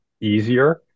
easier